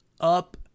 up